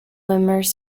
immerse